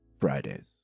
Fridays